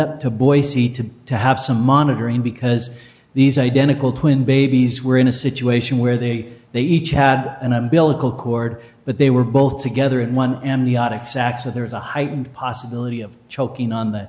up to boise to be to have some monitoring because these identical twin babies were in a situation where they they each had an umbilical cord but they were both together in one amniotic sac so there is a heightened possibility of choking on the